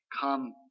come